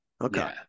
okay